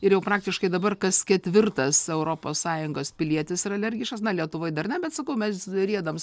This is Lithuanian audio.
ir jau praktiškai dabar kas ketvirtas europos sąjungos pilietis yra alergiškas na lietuvoj dar ne bet sakau mes riedam